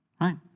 right